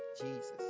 Jesus